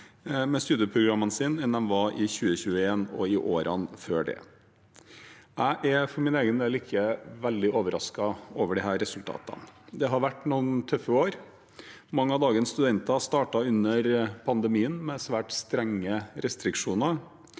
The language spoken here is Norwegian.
med studieprogrammene sine enn de var i 2021 og i årene før det. Jeg for min egen del er ikke veldig overrasket over disse resultatene. Det har vært noen tøffe år. Mange av dagens studenter startet under pandemien med svært strenge restriksjoner.